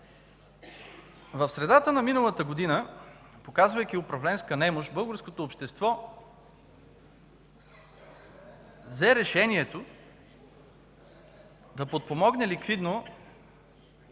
В средата на миналата година, показвайки управленска немощ, българското общество взе решението да подпомогне ликвидно